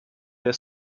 der